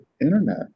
internet